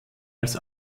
als